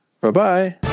Bye-bye